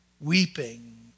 weeping